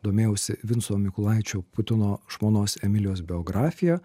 domėjausi vinco mykolaičio putino žmonos emilijos biografija